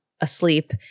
asleep